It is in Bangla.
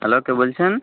হ্যলো কে বলছেন